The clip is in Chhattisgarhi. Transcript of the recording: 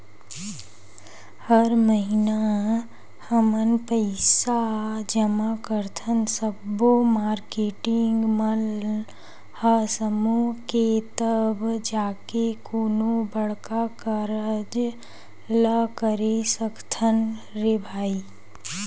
हर महिना हमन पइसा जमा करथन सब्बो मारकेटिंग मन ह समूह के तब जाके कोनो बड़का कारज ल करे सकथन रे भई